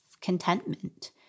contentment